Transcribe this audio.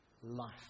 life